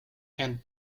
and